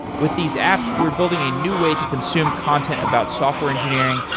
with these apps we're building a new way to consume content about software engineering,